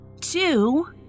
two